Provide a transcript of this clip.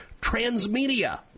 Transmedia